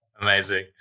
amazing